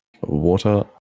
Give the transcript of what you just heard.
Water